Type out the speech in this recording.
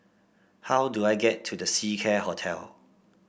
how do I get to The Seacare Hotel